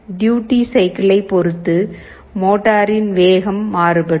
duty சைக்கிளைப் பொறுத்து மோட்டரின் வேகம் மாறுபடும்